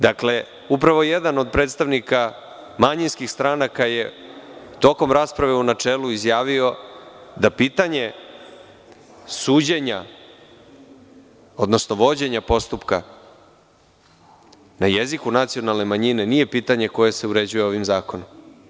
Dakle, upravo jedan od predstavnika manjinskih stranaka je tokom rasprave u načelu izjavio da pitanje suđenja, odnosno vođenja postupka na jeziku nacionalne manjine nije pitanje koje se uređuje ovim zakonom.